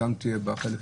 תודה.